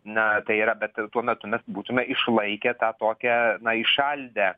na tai yra bet tuo metu mes būtume išlaikę tą tokią na įšaldę